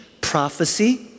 prophecy